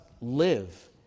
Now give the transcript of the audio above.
live